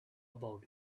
about